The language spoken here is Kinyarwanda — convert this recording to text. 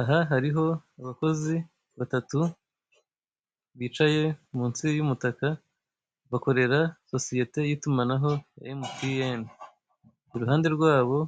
Aha hariho abakozi batatu bicaye munsi y'umutaka bakorera sosiyete y'itumanaho ya MTN ku ruhande rwabo